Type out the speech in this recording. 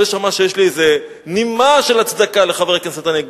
שלא יישמע כאילו יש לי נימה של הצדקה לחבר הכנסת הנגבי.